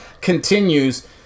continues